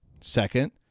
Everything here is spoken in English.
Second